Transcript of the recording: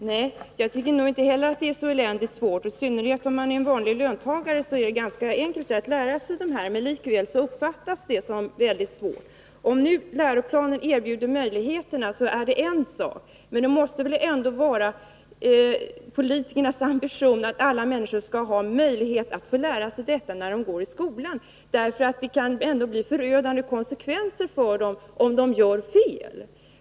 Herr talman! Nej, jag tycker inte heller att det är så eländigt svårt. I synnerhet om man är en vanlig löntagare är det ju ganska enkelt att lära sig detta. Men likväl uppfattas det som väldigt svårt. Att nu läroplanen erbjuder dessa möjligheter är en sak, men det måste väl ändå vara politikernas ambition att alla människor skall ha möjligheter att få lära sig detta när de går i skolan. Det kan ju ändå bli förödande konsekvenser om man gör fel.